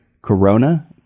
Corona